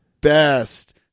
best